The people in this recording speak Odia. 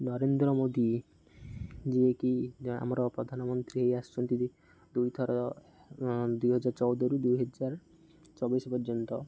ନରେନ୍ଦ୍ର ମୋଦି ଯିଏକି ଆମର ପ୍ରଧାନମନ୍ତ୍ରୀ ହେଇ ଆସୁଛନ୍ତି ଦୁଇଥର ଦୁଇ ହଜାର ଚଉଦରୁ ଦୁଇହଜାର ଚବିଶ ପର୍ଯ୍ୟନ୍ତ